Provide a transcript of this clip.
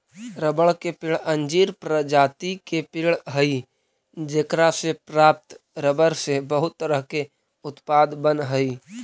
रबड़ के पेड़ अंजीर प्रजाति के पेड़ हइ जेकरा से प्राप्त रबर से बहुत तरह के उत्पाद बनऽ हइ